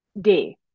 day